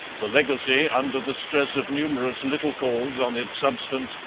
the legacy, under the stress of numerous little calls on its substance,